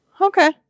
okay